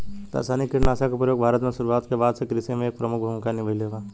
रासायनिक कीटनाशक के प्रयोग भारत में शुरुआत के बाद से कृषि में एक प्रमुख भूमिका निभाइले बा